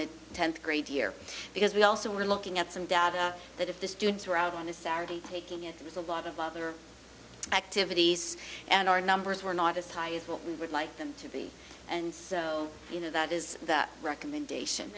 the tenth grade year because we also were looking at some data that if the students were out on a saturday taking it with a lot of other activities and our numbers were not as high as what we would like them to be and so you know that is the recommendation